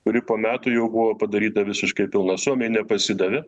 kuri po metų jau buvo padaryta visiškai pilna suomiai nepasidavė